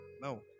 No